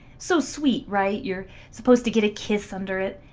so sweet, right, you're supposed to get a kiss under it?